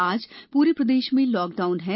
आज संपूर्ण प्रदेश में लॉकडाउन है